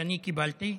שאני קיבלתי.